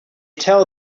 tell